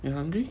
you hungry